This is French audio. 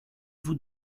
vous